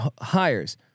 hires